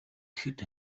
ихэд